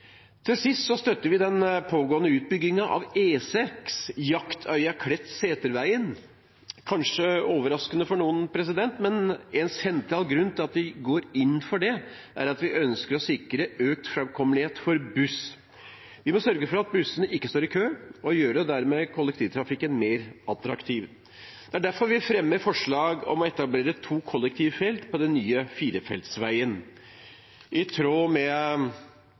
Til sist: Vi støtter den pågående utbyggingen av E6, Jaktøya–Klett–Setervegen. Det er kanskje overraskende for noen, men en sentral grunn til at vi går inn for det, er at vi ønsker å sikre økt framkommelighet for buss. Vi må sørge for at bussene ikke står i kø, og dermed gjøre kollektivtrafikken mer attraktiv. Det er derfor vi fremmer forslag om å etablere to kollektivfelt på den nye firefeltsveien, i tråd med